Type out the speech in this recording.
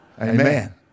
Amen